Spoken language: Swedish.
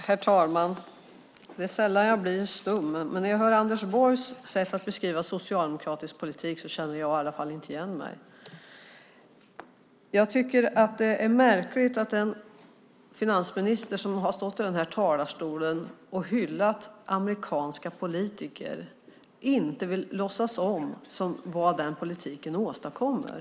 Herr talman! Det är sällan jag blir stum, men när jag hör Anders Borg beskriva socialdemokratisk politik känner inte jag igen mig. Jag tycker att det är märkligt att en finansminister som har stått i den här talarstolen och hyllat amerikanska politiker inte vill låtsas om vad den politiken åstadkommer.